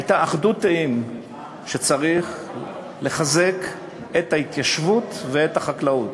הייתה אחדות דעים שצריך לחזק את ההתיישבות ואת החקלאות.